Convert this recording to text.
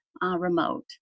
remote